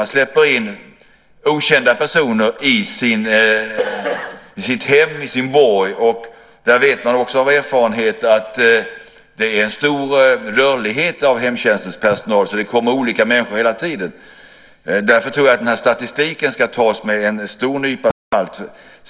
Man släpper in okända personer i sitt hem och sin borg, och man vet av erfarenhet att det är en stor rörlighet bland hemtjänstpersonal, så det kommer olika människor hela tiden. Därför tror jag att den här statistiken ska tas med en stor nypa salt.